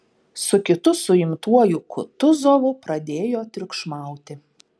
su kitu suimtuoju kutuzovu pradėjo triukšmauti